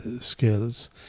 skills